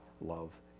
love